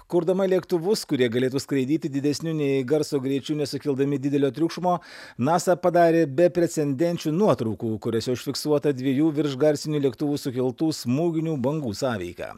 kurdama lėktuvus kurie galėtų skraidyti didesniu nei garso greičiu nesukeldami didelio triukšmo nasa padarė beprecendenčių nuotraukų kuriose užfiksuota dviejų viršgarsinių lėktuvų sukeltų smūginių bangų sąveika